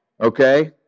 Okay